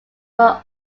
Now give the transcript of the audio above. were